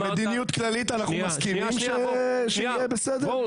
על מדיניות כללית אנחנו מסכימים שיהיה בסדר,